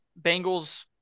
Bengals